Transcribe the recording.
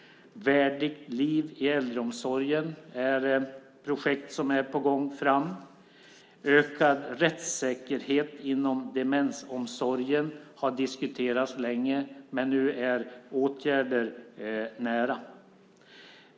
Värdigt liv i äldreomsorgen är ett projekt som är på gång. Ökad rättssäkerhet inom demensomsorgen har diskuterats länge, men nu är åtgärder nära.